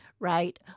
right